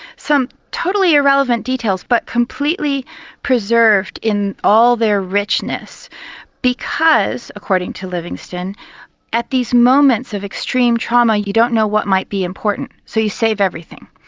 some totally irrelevant details but completely preserved in all their richness because according to livingston at these moments of extreme trauma you don't know what might be important so you save everything.